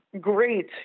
great